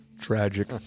Tragic